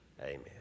Amen